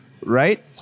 right